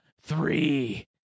three